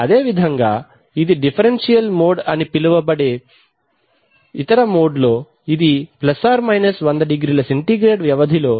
అదేవిధంగా ఇది differential mode అని పిలువబడే ఇతర మోడ్ లో ఇది ± 100 డిగ్రీల సెంటీగ్రేడ్ వ్యవధిలో 0